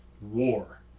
war